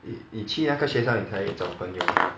你你去那个学校你才找朋友